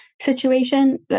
situation